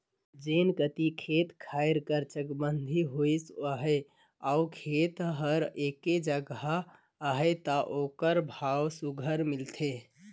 जेन कती खेत खाएर कर चकबंदी होइस अहे अउ खेत हर एके जगहा अहे ता ओकर भाव सुग्घर मिलथे